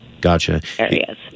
Gotcha